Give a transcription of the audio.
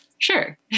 sure